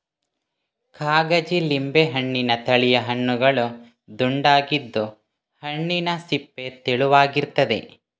ಕಾಗಜಿ ಲಿಂಬೆ ಹಣ್ಣಿನ ತಳಿಯ ಹಣ್ಣುಗಳು ದುಂಡಗಿದ್ದು, ಹಣ್ಣಿನ ಸಿಪ್ಪೆ ತೆಳುವಾಗಿರ್ತದೆ